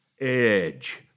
edge